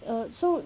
err so